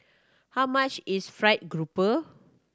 how much is fried grouper